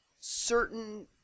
certain